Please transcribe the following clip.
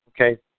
okay